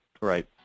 Right